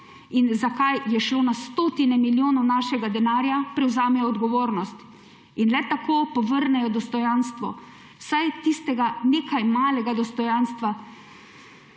in za kaj je šlo na stotine milijonov našega denarja, prevzamejo odgovornost in le tako povrnejo dostojanstvo, vsaj tistega nekaj malega dostojanstva,